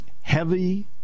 heavy